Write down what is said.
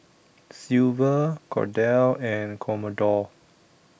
Silver Cordell and Commodore